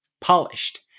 polished